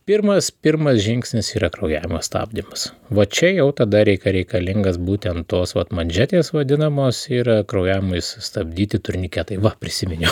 pirmas pirmas žingsnis yra kraujavimo stabdymas va čia jau tada reikia reikalingas būtent tos vat manžetės vadinamos yra kraujavimui sustabdyti turniketai va prisiminiau